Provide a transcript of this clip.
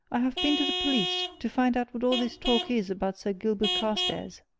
i have been to the police, to find out what all this talk is about sir gilbert carstairs,